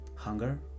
Hunger